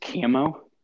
Camo